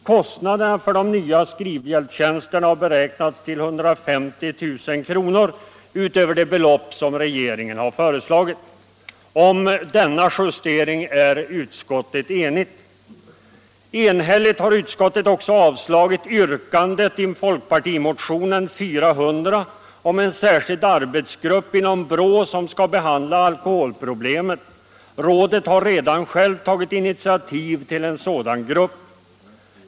Kostnaden för de nya skrivhjälpstjänsterna har beräknats till 150 000 kr., utöver det belopp som regeringen föreslagit. Om denna justering är utskottet enigt. Enhälligt har utskottet också avstyrkt yrkandet i folkpartimotionen 400 om en särskild arbetsgrupp inom BRÅ som skall behandla alkoholproblemet. Rådet har redan tagit initiativ till en sådan grupp.